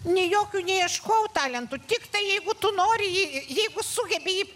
nė jokių neieškojau talentų tiktai jeigu tu nori jeigu sugebi